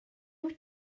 wyt